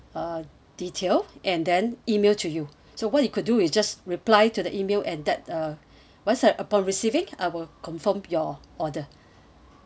uh detail and then email to you so what you could do is just reply to the email and that uh once I upon receiving I will confirm your order